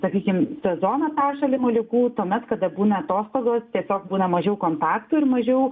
sakykim sezoną peršalimo ligų tuomet kada būna atostogos tiesiog būna mažiau kontaktų ir mažiau